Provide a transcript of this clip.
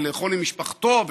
לאכול עם משפחתו,